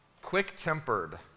Quick-tempered